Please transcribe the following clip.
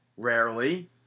Rarely